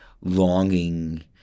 longing